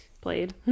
played